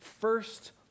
first